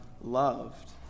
loved